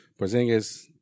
Porzingis